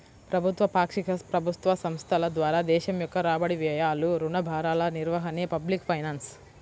ప్రభుత్వ, పాక్షిక ప్రభుత్వ సంస్థల ద్వారా దేశం యొక్క రాబడి, వ్యయాలు, రుణ భారాల నిర్వహణే పబ్లిక్ ఫైనాన్స్